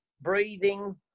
breathing